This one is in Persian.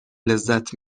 لذت